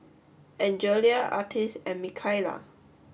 Angelia Artis and Mikaila